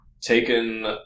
taken